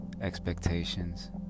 expectations